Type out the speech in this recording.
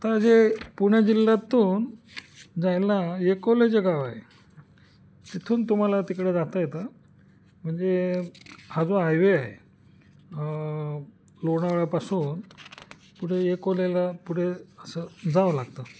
आता जे पुणे जिल्ह्यातून जायला एकोले जे गाव आहे तिथून तुम्हाला तिकडे जाता येतं म्हणजे हा जो हायवे आहे लोणावळ्यापासून पुढे एकोलेला पुढे असं जावं लागतं